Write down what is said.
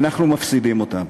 אנחנו מפסידים אותם.